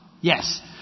Yes